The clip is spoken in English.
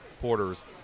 porters